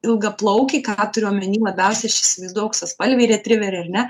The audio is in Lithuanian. ilgaplaukiai ką turiu omeny labiausiai aš įsivaizduoju auksaspalviai retriveriai ar ne